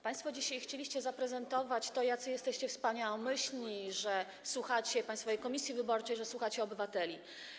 Państwo dzisiaj chcieliście zaprezentować to, jacy jesteście wspaniałomyślni, że słuchacie Państwowej Komisji Wyborczej, że słuchacie obywateli.